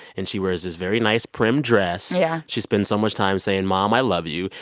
and she wears this very nice prim dress yeah she spends so much time saying, mom, i love you.